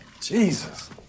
Jesus